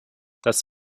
das